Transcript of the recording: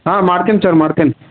ಹಾಂ ಮಾಡ್ತೀನಿ ಸರ್ ಮಾಡ್ತೀನಿ